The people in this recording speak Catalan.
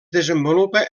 desenvolupa